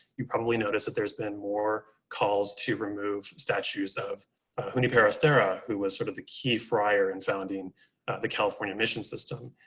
you probably noticed that there's been more calls to remove statues of junipero serra, who was sort of the key friar and founding the california mission system.